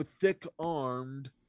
thick-armed